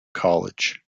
college